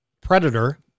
predator